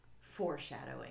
Foreshadowing